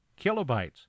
kilobytes